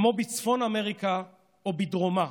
כמו בצפון אמריקה או בדרומה,